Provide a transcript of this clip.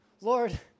Lord